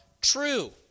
true